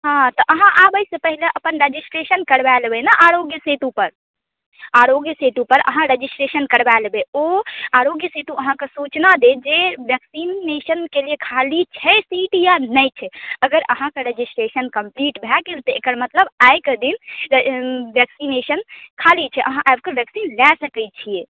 हॅं तऽ अहाँ आबय सऽ पहिने अपन रेजिस्ट्रेशन करवा लेबै ने आरोग्य सेतु पर आरोग्य सेतु पर अहाँ रेजिस्ट्रेशन करवा लेबै ओ आरोग्य सेतु अहाँके सुचना देत जे वेक्सीनेसन के लिए खाली छै सीट या नहि छै अगर अहाँके रेजिस्ट्रेशन कम्पलीट भऽ गेल तऽ एकर मतलब आइ के दिन वेक्सिनेशन खाली छै अहाँ आबि कऽ वेक्सीन लऽ सकै छियै